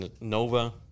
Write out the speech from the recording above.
Nova